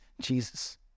Jesus